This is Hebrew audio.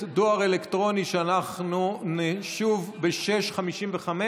נעבור להצבעה ב-18:55.